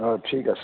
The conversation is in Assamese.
অঁ ঠিক আছে